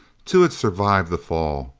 two had survived the fall.